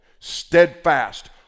Steadfast